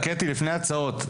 קטי, לפני ההצעות.